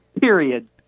Period